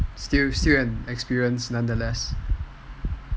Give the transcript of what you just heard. still an experience nonetheless